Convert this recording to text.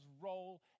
role